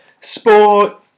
sport